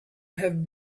had